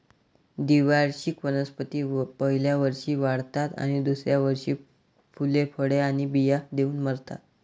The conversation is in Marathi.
द्विवार्षिक वनस्पती पहिल्या वर्षी वाढतात आणि दुसऱ्या वर्षी फुले, फळे आणि बिया देऊन मरतात